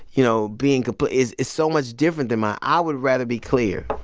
you know, being but is is so much different than mine. i would rather be clear.